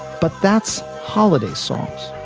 but that's holiday songs,